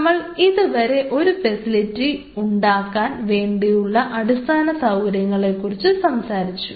നമ്മൾ ഇതുവരെ ഒരു ഫെസിലിറ്റി ഉണ്ടാക്കാൻ വേണ്ടിയുള്ള അടിസ്ഥാന സൌകര്യങ്ങളെ കുറിച്ചു സംസാരിച്ചു